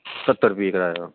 ਸੱਤਰ ਰੁਪਏ ਕਿਰਾਇਆ